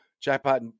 Jackpot